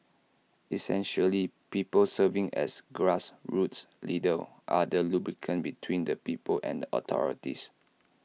essentially people serving as grassroots leaders are the lubricant between the people and authorities